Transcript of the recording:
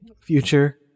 future